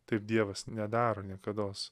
taip dievas nedaro niekados